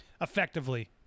effectively